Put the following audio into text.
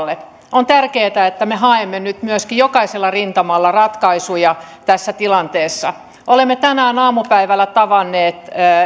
on tärkeätä että me haemme nyt myöskin jokaisella rintamalla ratkaisuja tässä tilanteessa olemme tänään aamupäivällä tavanneet